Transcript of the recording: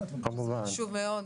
חשוב מאוד.